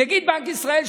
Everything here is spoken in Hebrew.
נגיד בנק ישראל,